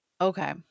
Okay